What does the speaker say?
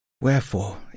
Wherefore